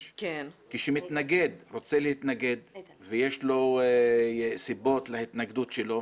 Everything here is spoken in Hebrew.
כשמתנגד רוצה להתנגד ויש לו סיבות להתנגדות שלו,